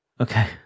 Okay